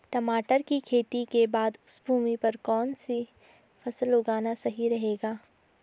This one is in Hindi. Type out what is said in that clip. टमाटर की खेती के बाद उस भूमि पर कौन सी फसल उगाना सही रहेगा?